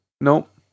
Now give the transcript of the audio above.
nope